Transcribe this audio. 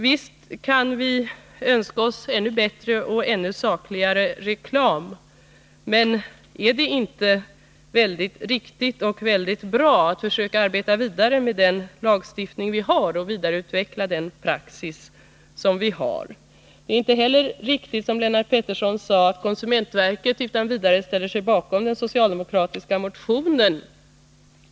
Visst kan vi önska oss ännu bättre och ännu sakligare reklam, men är det då inte lämpligt att försöka arbeta vidare med den lagstiftning som finns och vidareutveckla den praxis som vi har? Det är inte heller riktigt att, som Lennart Petersson sade, konsumentverket utan vidare ställer sig bakom den socialdemokratiska motionen.